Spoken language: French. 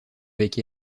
avec